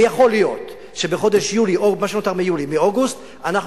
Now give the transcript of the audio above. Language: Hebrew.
ויכול להיות שבמה שנותר מיולי ובחודש אוגוסט אנחנו